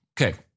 okay